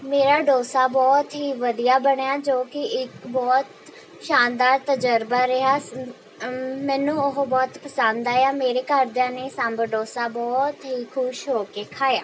ਮੇਰਾ ਡੋਸਾ ਬਹੁਤ ਹੀ ਵਧੀਆ ਬਣਿਆ ਜੋ ਕਿ ਇੱਕ ਬਹੁਤ ਸ਼ਾਨਦਾਰ ਤਜ਼ਰਬਾ ਰਿਹਾ ਮੈਨੂੰ ਉਹ ਬਹੁਤ ਪਸੰਦ ਆਇਆ ਮੇਰੇ ਘਰਦਿਆਂ ਨੇ ਸਾਂਭਰ ਡੋਸਾ ਬਹੁਤ ਹੀ ਖੁਸ਼ ਹੋ ਕੇ ਖਾਇਆ